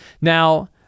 Now